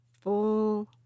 full